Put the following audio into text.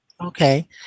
okay